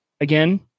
again